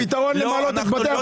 לא, הפתרון הוא למלא את בתי